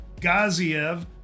Gaziev